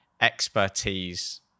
expertise